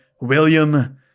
William